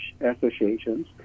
associations